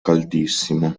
caldissimo